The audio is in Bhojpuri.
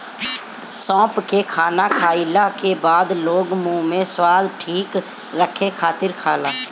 सौंफ के खाना खाईला के बाद लोग मुंह के स्वाद ठीक रखे खातिर खाला